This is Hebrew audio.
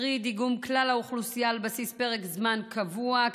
קרי דיגום כלל האוכלוסייה על בסיס פרק זמן קבוע,